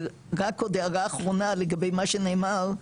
ורק עוד הערה אחרונה לגבי מה שנאמר,